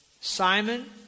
Simon